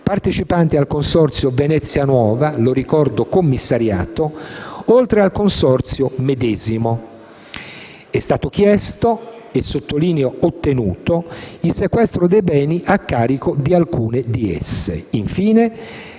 partecipanti al Consorzio Venezia nuova - ricordo che è commissariato - oltre al Consorzio medesimo. È stato chiesto e - sottolineo - ottenuto il sequestro dei beni a carico di alcune di esse. Infine,